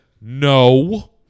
no